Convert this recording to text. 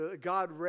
God